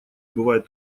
бывает